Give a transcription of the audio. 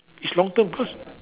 is long term because